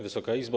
Wysoka Izbo!